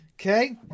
Okay